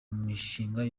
mishinga